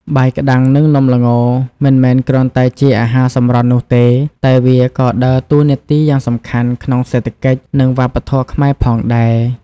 បាយក្ដាំង និងនំល្ង មិនមែនគ្រាន់តែជាអាហារសម្រន់នោះទេ តែវាក៏ដើរតួនាទីយ៉ាងសំខាន់ក្នុងសេដ្ឋកិច្ច និងវប្បធម៌ខ្មែរផងដែរ។